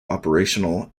operational